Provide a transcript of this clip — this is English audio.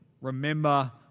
remember